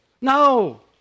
No